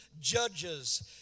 judges